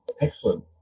Excellent